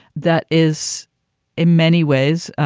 that is in many ways